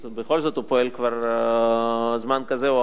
בכל זאת הוא פועל כבר זמן כזה או אחר,